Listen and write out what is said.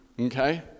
Okay